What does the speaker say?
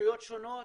רשויות שונות,